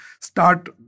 start